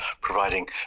providing